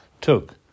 took